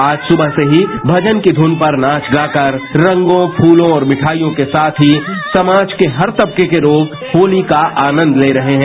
आज सुबह से ही मजन की धुन पर नाये गाकर रंगों छूतों और नियादयों के साथ ही समाज के हर तबके के लोग होती का आनंद ते रहे हैं